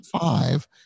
five